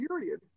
period